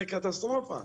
זה קטסטרופה.